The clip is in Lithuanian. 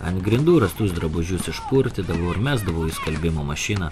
ant grindų rastus drabužius išpurtydavau ir mesdavau į skalbimo mašiną